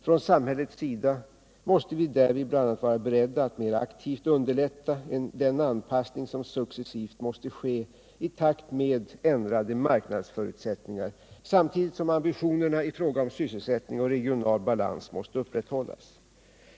Från samhällets sida måste vi därvid bl.a. vara beredda att mer aktivt underlätta den anpassning som successivt måste ske i takt med ändrade marknadsförutsättningar samtidigt som ambitionerna i fråga om sysselsättning och regional balans måste upprätthållas.